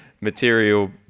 material